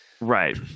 Right